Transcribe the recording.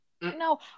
No